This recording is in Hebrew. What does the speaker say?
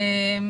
אז